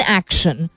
action